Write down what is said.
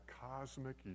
cosmic